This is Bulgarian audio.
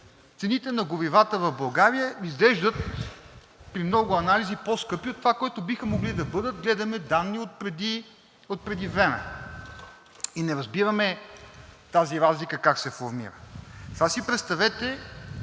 цените на горивата в България изглеждат при много анализи по-скъпи от това, което биха могли да бъдат – гледаме данни отпреди време, и не разбираме тази разлика как се формира. Сега си представете,